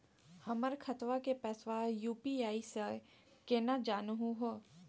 हमर खतवा के पैसवा यू.पी.आई स केना जानहु हो?